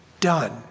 done